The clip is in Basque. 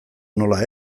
nola